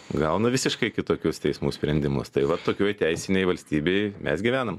gauna visiškai kitokius teismų sprendimus tai vat tokioj teisinėj valstybėj mes gyvenam